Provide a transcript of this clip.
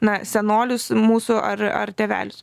na senolius mūsų ar ar tėvelius